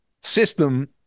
system